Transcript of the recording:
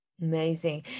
Amazing